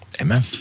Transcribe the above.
amen